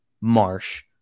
Marsh